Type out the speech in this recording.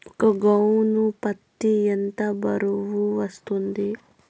ఒక గోనె పత్తి ఎంత బరువు వస్తుంది?